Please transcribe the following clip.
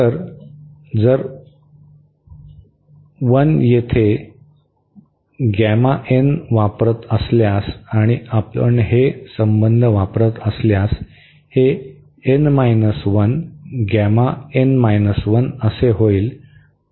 तर जर I येथे वापरत असल्यास आणि आपण हे संबंध वापरत असल्यास हे असे होईल